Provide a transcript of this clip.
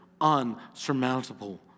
unsurmountable